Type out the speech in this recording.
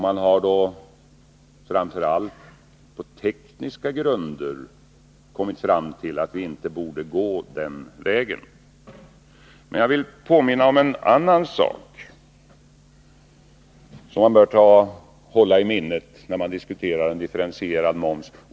Man har då framför allt på tekniska grunder kommit fram till att vi inte borde gå den vägen. Jag vill påminna om en annan sak, som man bör hålla i minnet när man diskuterar en differentierad moms.